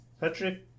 Patrick